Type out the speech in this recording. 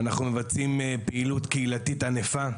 אנחנו מבצעים פעילות קהילתית ענפה.